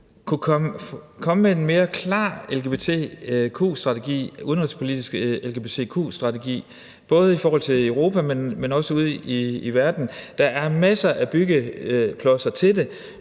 kunne komme med en mere klar udenrigspolitisk lgbtq-strategi ikke alene i forhold til Europa, men også ude i verden. Der er masser af byggeklodser til det,